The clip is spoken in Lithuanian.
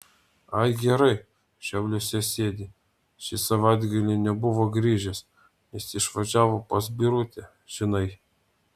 ai gerai šiauliuose sėdi šį savaitgalį nebuvo grįžęs nes išvažiavo pas birutę žinai